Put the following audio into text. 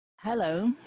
hello,